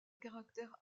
caractère